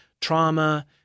trauma